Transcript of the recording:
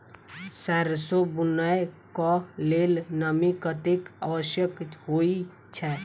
सैरसो बुनय कऽ लेल नमी कतेक आवश्यक होइ छै?